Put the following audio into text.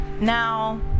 now